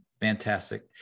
fantastic